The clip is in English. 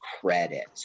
credit